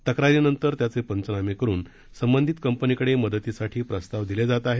तक्रारीनंतर त्याचे पंचनामे करून संबंधित कंपनीकडे मदतीसाठी प्रस्ताव दिले जात आहेत